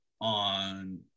on